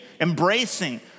embracing